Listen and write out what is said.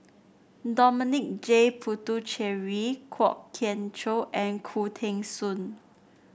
Dominic J Puthucheary Kwok Kian Chow and Khoo Teng Soon